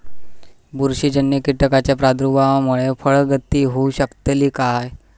बुरशीजन्य कीटकाच्या प्रादुर्भावामूळे फळगळती होऊ शकतली काय?